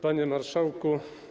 Panie Marszałku!